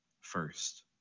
first